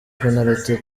penaliti